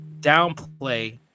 Downplay